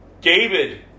David